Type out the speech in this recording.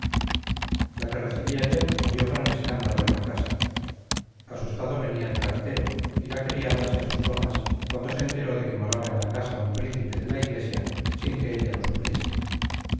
la que recibí ayer movió gran escándalo en la casa asustado venía el cartero y la criada se asustó más cuando se enteró de que moraba en la casa un príncipe de la iglesia sin que ella lo supiese